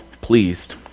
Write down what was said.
pleased